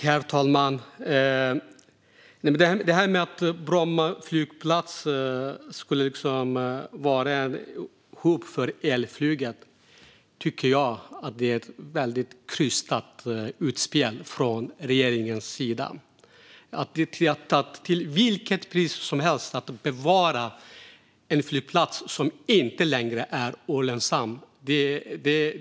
Herr talman! Att säga att Bromma flygplats ska vara en hubb för elflyget tycker jag är ett väldigt krystat utspel från regeringens sida och att man till vilket pris som helst vill bevara en flygplats som inte längre är lönsam.